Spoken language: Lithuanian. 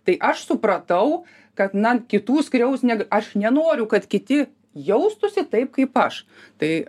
tai aš supratau kad na kitų skriaus aš nenoriu kad kiti jaustųsi taip kaip aš tai